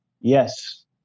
yes